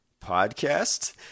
Podcast